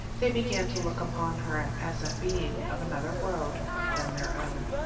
they began to look upon her as a being of another world than their own.